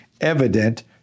evident